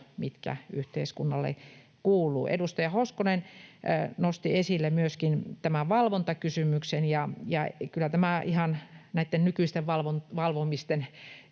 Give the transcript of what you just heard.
mitkä yhteiskunnalle kuuluvat. Edustaja Hoskonen nosti esille myöskin tämän valvontakysymyksen. Kyllä ihan näitten nykyisten valvomisten